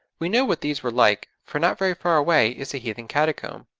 we know what these were like, for not very far away is a heathen catacomb.